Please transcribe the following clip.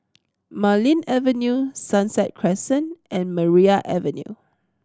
Marlene Avenue Sunset Crescent and Maria Avenue